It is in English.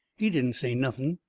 he didn't say nothing,